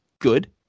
good